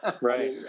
Right